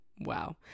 wow